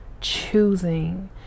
Choosing